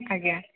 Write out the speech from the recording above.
ଆଜ୍ଞା